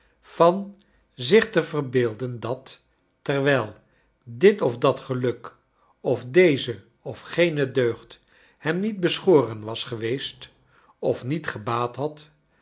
van zich te verbeelden dat wijl dit of dat geluk of deze or gene deugd hem niet beschoren wa s geweest of niet gebaat had